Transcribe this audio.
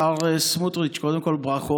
השר סמוטריץ, קודם כול ברכות.